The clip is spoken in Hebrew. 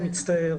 אני מצטער.